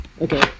okay